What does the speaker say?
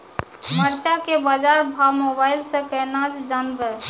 मरचा के बाजार भाव मोबाइल से कैनाज जान ब?